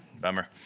bummer